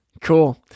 Cool